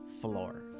floor